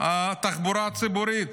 התחבורה הציבורית,